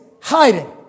hiding